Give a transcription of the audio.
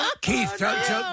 Keith